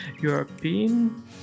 European